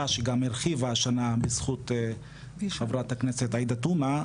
שגם הרחיבה השנה בזכות חברת הכנסת עאידה טומה,